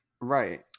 right